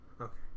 Okay